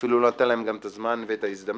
אפילו לא ניתן להם גם את הזמן ואת ההזדמנות.